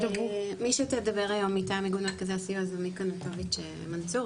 מי שתדבר היום מטעם איגוד מרכזי הסיוע זה מיקה נטוביץ מנצור.